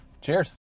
Cheers